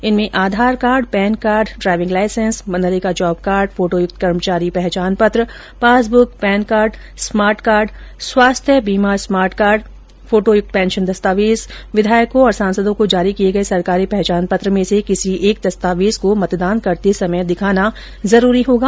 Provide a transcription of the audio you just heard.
इनमें Aadhaar card driving licence MNREGA job card फोटोयुक्त कर्मचारी पहचान पत्र passbook PAN card smart card स्वास्थ्य बीमा स्मार्ट कार्ड फोटोयुक्त पेंशन दस्तावेज विधायकों सांसदों को जारी किए सरकारी पहचान पत्र में से किसी एक दस्तावेज को मतदान करते समय दिखाना जरूरी होगा